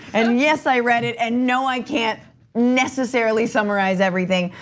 and yes i read it, and no, i can't necessarily summarize everything,